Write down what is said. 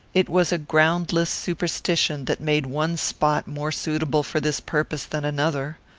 it was a groundless superstition that made one spot more suitable for this purpose than another.